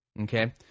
Okay